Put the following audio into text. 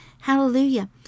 Hallelujah